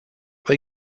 they